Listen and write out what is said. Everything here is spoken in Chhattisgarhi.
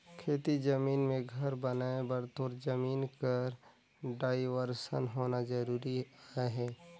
खेती जमीन मे घर बनाए बर तोर जमीन कर डाइवरसन होना जरूरी अहे